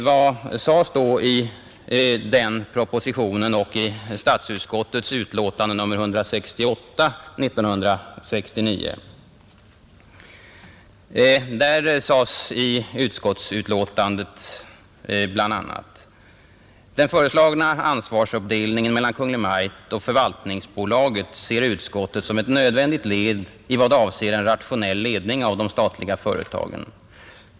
Vad sades då i den propositionen och i statsutskottets utlåtande nr 168 år 1969? I statsutskottets utlåtande sades bl.a.: ”Den föreslagna ansvarsuppdelningen mellan Kungl. Maj:t och förvaltningsbolaget ser utskottet som ett nödvändigt led i vad avser en rationell ledning av de statliga företagen.